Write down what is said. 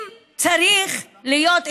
אם צריך להיות,